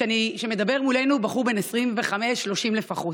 שמדבר מולנו בחור בן 25 30 לפחות: